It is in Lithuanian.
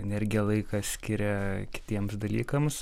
energiją laiką skiria kitiems dalykams